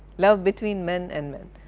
love between men and men,